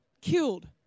killed